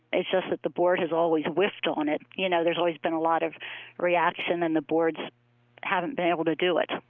it's just that the board has always whiffed on it. you know, there's always been a lot of reaction, and the boards haven't been able to do it.